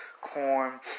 Corn